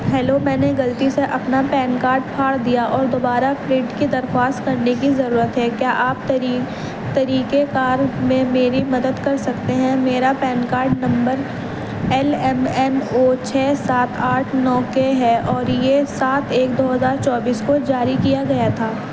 hello میں نے غلطی سے اپنا پین کاڈ پھاڑ دیا اور دوبارہ پرنٹ کی درخواست کرنے کی ضرورت ہے کیا آپ طری طریقہ کار میں میری مدد کر سکتے ہیں میرا پین کاڈ نمبر ایل ایم این او چھے سات آٹھ نو کے ہے اور یہ سات ایک دو ہزار چوبیس کو جاری کیا گیا تھا